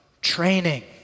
training